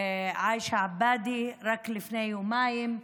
עאישה עבאדי, רק לפני יומיים,